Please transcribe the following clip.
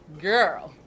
Girl